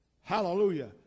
Hallelujah